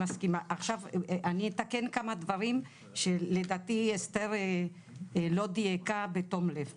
אני אתקן כמה דברים שלדעתי אסתר לא דייקה בתום לב.